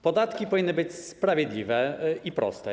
Podatki powinny być sprawiedliwe i proste.